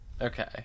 Okay